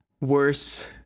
worse